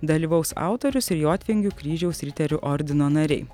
dalyvaus autorius ir jotvingių kryžiaus riterių ordino nariai